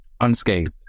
unscathed